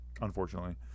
unfortunately